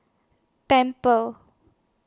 Temple